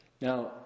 now